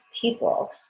people